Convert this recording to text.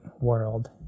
world